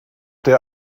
der